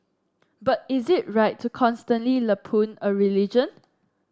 but is it right to constantly lampoon a religion